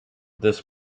this